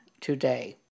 today